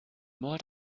mord